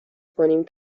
کنیم